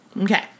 Okay